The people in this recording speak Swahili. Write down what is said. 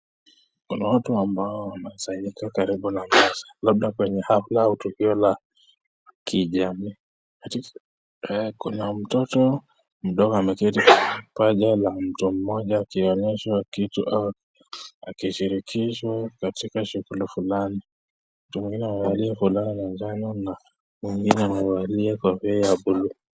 Kuna watu ambao wamesafirishwa karibu na meza, labda kwenye hafla au tukio la kijamii. Kuna mtoto mdogo ameketi kwenye paja la mtu mmoja akionyeshwa kitu au akishirikishwa katika shughuli fulani. Watu wengine wamevaa fulana za njano na mwingine amevalia kofia ya buluu.